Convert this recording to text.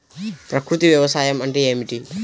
ప్రకృతి వ్యవసాయం అంటే ఏమిటి?